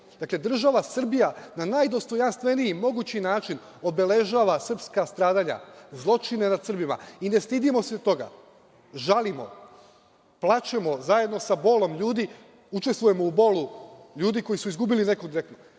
dakle, država Srbija na najdostojanstveniji mogući način obeležava srpska stradanja, zločine nad Srbima i ne stidimo se toga. Žalimo, učestvujemo u bolu ljudi koji su izgubili nekog i ne